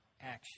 action